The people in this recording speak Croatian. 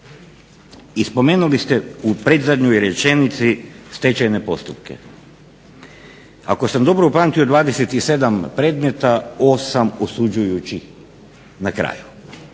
i spomenuli ste u predzadnjoj rečenici stečajne postupke. Ako sam dobro upamtio 27 predmeta 8 osuđujućih na kraju.